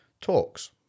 talks